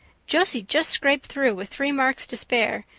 josie just scraped through with three marks to spare,